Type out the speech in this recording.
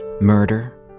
Murder